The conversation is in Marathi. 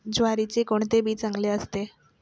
ज्वारीचे कोणते बी चांगले असते?